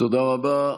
תודה רבה.